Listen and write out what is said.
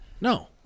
No